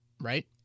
right